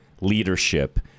leadership